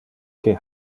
que